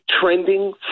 trending